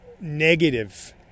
negative